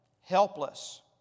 helpless